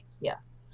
Yes